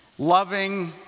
Loving